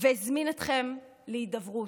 והזמין אתכם להידברות.